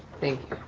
thank you.